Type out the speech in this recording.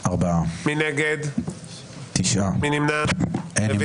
בעד, 4 נגד, 9 נמנעים, אין לא אושרה.